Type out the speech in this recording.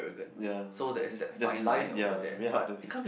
ya there's there's line ya very hard have